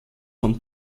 von